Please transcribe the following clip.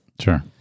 Sure